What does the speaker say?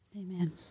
Amen